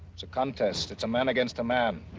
it's a contest, it's a man against a man.